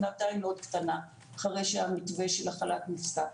היא מאוד קטנה אחרי שהמתווה של החל"ת נפסק.